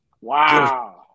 Wow